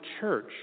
church